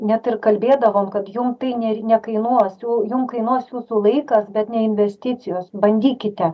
net ir kalbėdavom kad jum tai nėr nekainuos jum kainuos jūsų laikas bet ne investicijos bandykite